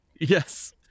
Yes